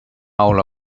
out